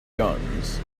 guns